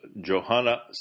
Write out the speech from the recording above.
Johanna